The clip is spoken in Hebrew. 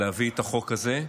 להביא את החוק הזה.